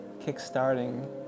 kick-starting